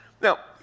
Now